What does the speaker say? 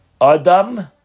Adam